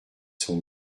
son